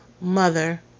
mother